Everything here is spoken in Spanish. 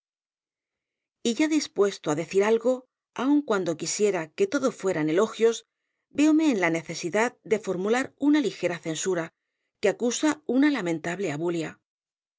ya dispuesto á decir algo aun cuando quisiera que todo fueran elogios véome en la necesidad de formular una ligera censura que acusa una lamentable abulia